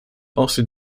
also